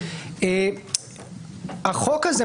החוק הזה,